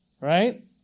Right